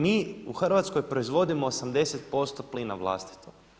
Mi u Hrvatskoj proizvodimo 80% plina vlastitog.